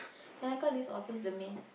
can I call list office the miss